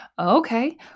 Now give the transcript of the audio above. Okay